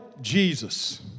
Jesus